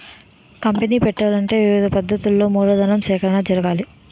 company పెట్టాలంటే వివిధ పద్ధతులలో మూలధన సేకరణ జరగాలి